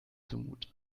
zumute